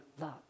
love